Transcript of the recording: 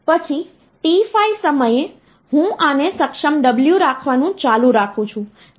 તો ત્યાં આ 3 બિટ્સ છે જે મને 5 અંક નો નંબર આપે છે આ મને 55 આપે છે